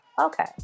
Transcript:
Okay